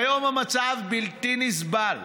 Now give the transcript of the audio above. כיום המצב בלתי נסבל: